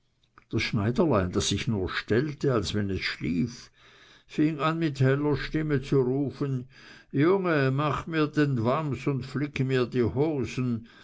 das schneiderlein das sich nur stellte als wenn es schlief fing an mit heller stimme zu rufen junge mach den wams und flick mir die hosen